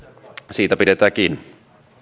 siitä pidetään kiinni